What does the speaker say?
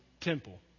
temple